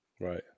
Right